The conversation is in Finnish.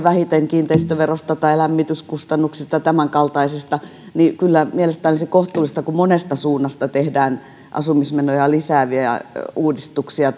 vähiten kiinteistöverosta tai lämmityskustannuksista ja tämänkaltaisista eli kyllä mielestäni olisi kohtuullista kun monesta suunnasta tehdään asumismenoja lisääviä uudistuksia